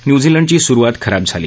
न्यूझीलंडची सुरुवात खराब झाली